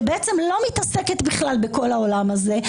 שלא מתעסקת בכלל בכל העולם הזה.